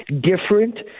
different